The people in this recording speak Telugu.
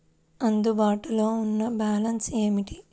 అందుబాటులో ఉన్న బ్యాలన్స్ ఏమిటీ?